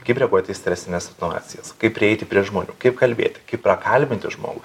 kaip reaguoti į stresines situacijas kaip prieiti prie žmonių kaip kalbėti kaip prakalbinti žmogų